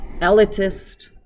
elitist